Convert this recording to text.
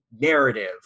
narrative